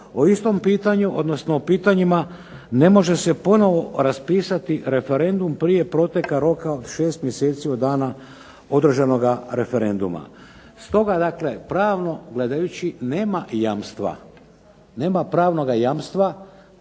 o istom pitanju, odnosno o pitanjima ne može se ponovno raspisati referendum prije proteka roka od 6 mjeseci od dana održanoga referenduma. Stoga dakle pravno gledajući pravno gledajući nema jamstva, nema pravnoga jamstva